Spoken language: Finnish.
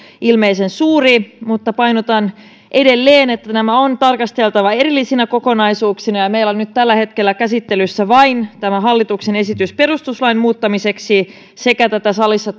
ilmeisen suuri mutta painotan edelleen että näitä on tarkasteltava erillisinä kokonaisuuksina ja ja meillä on nyt tällä hetkellä käsittelyssä vain tämä hallituksen esitys perustuslain muuttamiseksi sekä tämä salissa